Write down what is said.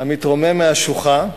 המתרומם מהשוחה,